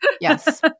Yes